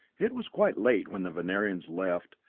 it was quite late when the venerians left,